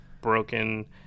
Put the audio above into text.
broken